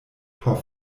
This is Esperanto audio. por